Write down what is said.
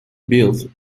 built